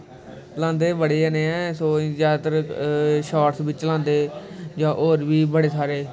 लांदे ते बड़े जनें जैदातर शार्टस बिच्च लादे जां होर बी बड़े सारे